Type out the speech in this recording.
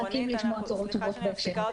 אנחנו מחכים לשמוע בשורות טובות --- רונית הקשר איתך